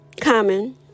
common